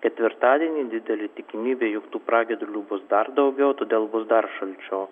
ketvirtadienį didelė tikimybė jog tų pragiedrulių bus dar daugiau todėl bus dar šalčiau